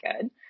good